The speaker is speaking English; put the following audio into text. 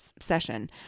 session